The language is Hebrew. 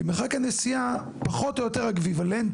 כי מרחק הנסיעה פחות או יותר אקוויוולנטי